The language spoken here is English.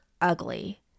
ugly